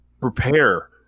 Prepare